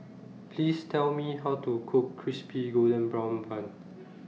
Please Tell Me How to Cook Crispy Golden Brown Bun